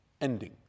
ending